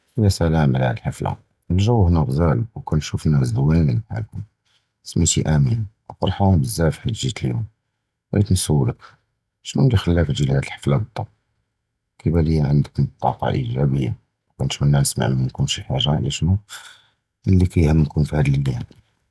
יַ סַלַאם עַלַהָאד הַחַפְלָה, הַגּ'וּ הִנָּא גְזָאל וְקִנְשּוּף נַאס זְווִינִין כִּיפַאשְכּוּם, סְמִיתִי אָמִין וְפַרְחַאן בְּזַאפ חִית גִית הַיוֹם. בָּغִית נִסּוּלְּכּ שִנּו הַלִּי חַלַּאק תִּגִי לַהָאד הַחַפְלָה בַּדַּקִיק, קִיְבַּאן לִיָּא עַנְדְכּוּם הַטַּאקַּה אִיְגּ'אַבִּיָּה וְקִנְתַמַּנّى נִסְמַע מִנְכּוּם שִי חַאגָה עַל שְנּו, הַלִּי קַאיְהַמְּכּוּם פִי הַיוֹם הַדַּאקּ.